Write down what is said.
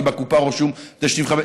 כי בקופה רשום 9.95,